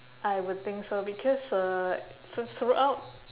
I would think so because uh through~ throughout